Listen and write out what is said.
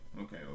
okay